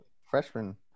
freshman